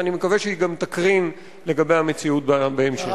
ואני מקווה שהיא גם תקרין לגבי המציאות בהמשך.